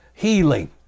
healing